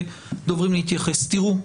תיראו,